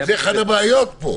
זאת אחת הבעיות פה.